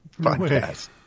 podcast